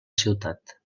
ciutat